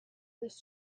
this